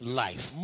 life